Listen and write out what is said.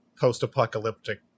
post-apocalyptic